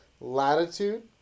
latitude